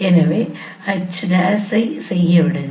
என்னை H 1 ஐ செய்ய விடுங்கள்